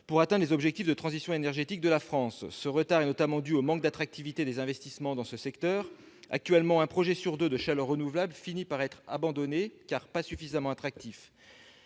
pour atteindre les objectifs de transition énergétique de la France. Ce retard est notamment dû au manque d'attractivité des investissements dans ce secteur ; un projet de chaleur renouvelable sur deux finit par être abandonné parce qu'il est insuffisamment attractif.